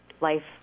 life